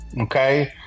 okay